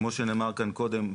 כמו שנאמר כאן קודם,